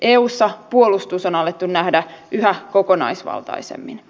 eussa puolustus on alettu nähdä yhä kokonaisvaltaisemmin